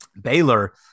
Baylor